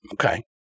Okay